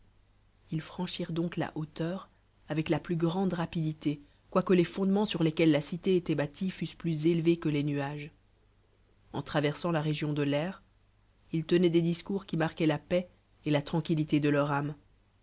ils franchirent donc la hauteur avec la plus grande rapidité quoique les fondements sur lesquels la cité étoit bâtie fussent plus élevés que les nuages en traversan la région de l'air ils tenoient des discour qui marquaient la paix et la tranqnillité de leur âme